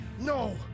No